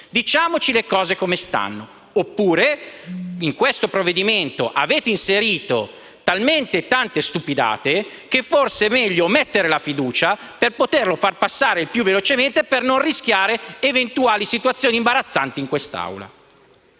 diciamoci le cose come stanno! Oppure nel provvedimento in esame avete inserito talmente tante stupidate che forse è meglio mettere la fiducia per farlo approvare il più velocemente possibile, per non rischiare eventuali situazioni imbarazzanti in Aula.